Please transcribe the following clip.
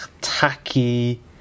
Tacky